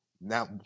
Now